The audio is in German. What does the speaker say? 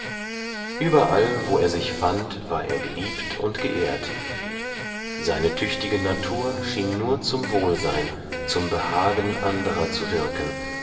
überall wo er sich fand war er geliebt und geehrt seine tüchtige natur schien nur zum wohlsein zum behagen anderer zu wirken